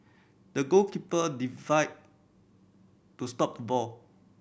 the goalkeeper divide to stop the ball